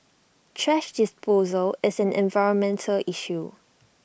thrash disposal is an environmental issue